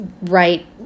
right